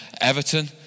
Everton